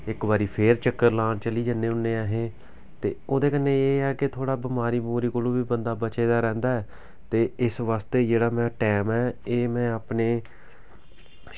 इक बारी फिर चक्कर लान चली जन्ने होन्ने असें ते ओह्दे कन्नै एह् ऐ की थोह्ड़ा बमारी बमुरी कोला बी बंदा बचे दा रैहंदा ऐ ते इस वास्तै जेह्ड़ा में टैम ऐ एह् में अपने